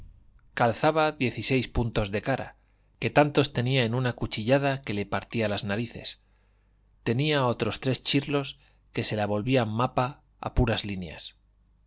calzaba dieciséis puntos de cara que tantos tenía en una cuchillada que le partía las narices tenía otros tres chirlos que se la volvían mapa a puras